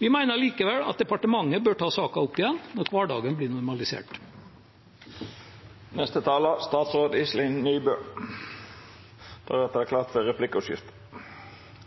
Vi mener likevel at departementet bør ta saken opp igjen når hverdagen blir normalisert. Regjeringens mål med reiselivspolitikken er å få størst mulig samlet verdiskaping innenfor bærekraftige rammer. Det er også bakgrunnen for